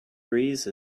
breeze